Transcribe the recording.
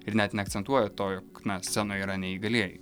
ir net neakcentuoja to jog na scenoje yra neįgalieji